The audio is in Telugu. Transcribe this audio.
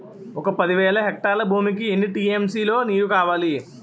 ఒక పది వేల హెక్టార్ల భూమికి ఎన్ని టీ.ఎం.సీ లో నీరు కావాలి?